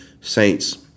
Saints